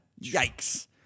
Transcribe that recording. Yikes